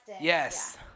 Yes